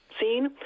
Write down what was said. seen